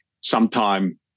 sometime